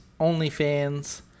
OnlyFans